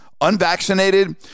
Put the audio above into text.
unvaccinated